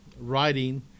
writing